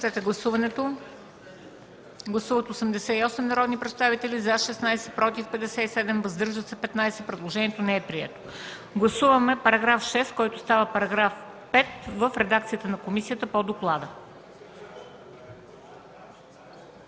Гласуваме § 6, който става § 5 в редакцията на комисията по доклада.